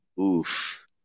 oof